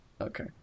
Okay